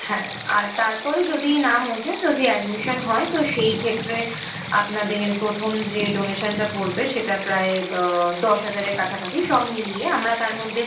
হ্যাঁ আর তারপরে যদি নাম ওঠে যদি অ্যাডমিশান হয় তো সেই ক্ষেত্রে আপনাদের প্রথম যে ডোনেশানটা পড়বে সেটা প্রায় দশ হাজারের কাছাকাছি সব মিলিয়ে আমরা তার মধ্যে